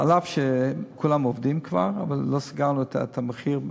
אף שכולם עובדים כבר, אבל לא סגרנו את התמחיר.